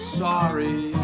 sorry